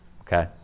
Okay